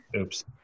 Oops